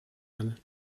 and